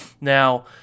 Now